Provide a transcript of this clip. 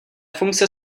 funkce